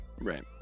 Right